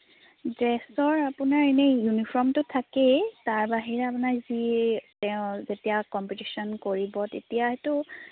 ড্ৰেছৰ আপোনাৰ ইনেই ইউনিফৰ্মটো থাকেই তাৰ বাহিৰে আপোনাৰ যি তেওঁ যেতিয়া কম্পিটিশ্যন কৰিব তেতিয়া সেইটো